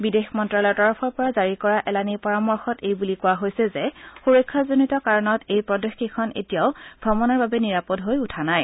বিদেশ মন্তালয়ৰ তৰফৰ পৰা জাৰি কৰা এলানি পৰামৰ্শত এই বুলি কোৱা হৈছে যে সুৰক্ষাজনিত কাৰণত এই প্ৰদেশকেইখন এতিয়াও ভ্ৰমনৰ বাবে নিৰাপদ হৈ উঠা নাই